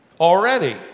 already